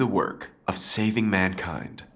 the work of saving mankind